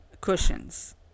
cushions